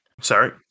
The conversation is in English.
Sorry